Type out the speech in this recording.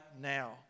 now